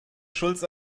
schulz